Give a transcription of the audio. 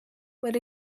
but